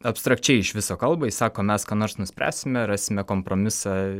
abstrakčiai iš viso kalba jis sako mes ką nors nuspręsime rasime kompromisą